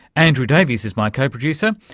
andrew davies is my co-producer.